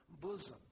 bosom